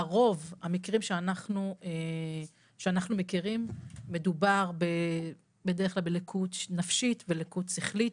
לרוב במקרים שאנחנו מכירים מדובר בלקות נפשית ולקות שכלית,